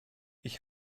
ich